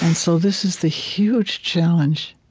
and so this is the huge challenge,